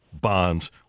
Bonds